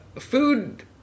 food